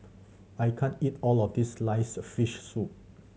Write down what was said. I can't eat all of this sliced fish soup